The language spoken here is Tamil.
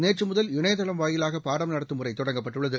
நேற்று முதல் இணையதளம் வாயிலாக பாடம் நடத்தும் முறை தொடங்கப்பட்டுள்ளது